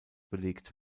belegt